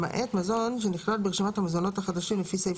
למעט מזון שנכלל ברשימת המזונות החדשים לפי סעיף